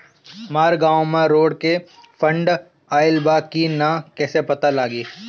हमरा गांव मे रोड के फन्ड आइल बा कि ना कैसे पता लागि?